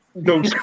No